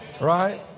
Right